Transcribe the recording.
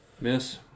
Miss